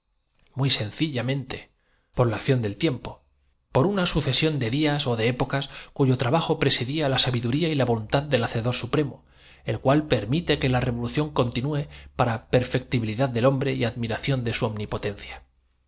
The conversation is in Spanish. muy sencillámente por la acción del tiempo por una sucesión hibiendo la sedosa felpa del sombrero dijo señalando de días ó de épocas cuyo trabajo presidía la sabiduría el cilindro libre de toda envoltura y la voluntad del hacedor supremo el cual permite he aquí la tierra en su estado incandescente tal que la revolución continúe para perfectibilidad del y como á dios le plugo arrojarla en el espacio infinito hombre y admiración de su omnipotencia